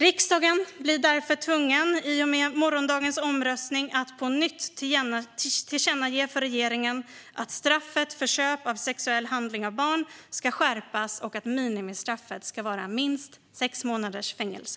Riksdagen blir därför tvungen att i och med morgondagens omröstning på nytt tillkännage för regeringen att straffet för köp av sexuell handling av barn bör skärpas och att minimistraffet bör vara sex månaders fängelse.